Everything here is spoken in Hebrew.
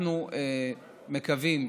אנחנו מקווים